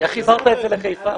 איך חיברת את זה לחיפה?